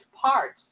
parts